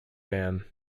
ban